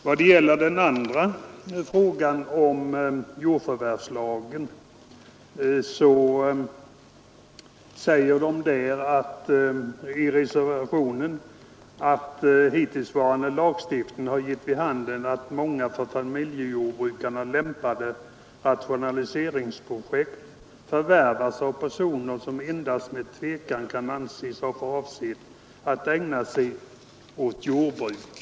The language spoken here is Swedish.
Vad sedan frågan om jordförvärvslagen angår säger man i motionen 1388 att hittillsvarande erfarenheter av lagstiftningen har givit vid handen att många för familjejordbrukarna lämpliga rationaliseringsobjekt förvärvas av personer som endast med tvekan kan anses ha för avsikt att yrkesmässigt och varaktigt ägna sig åt jordoch skogsbruk.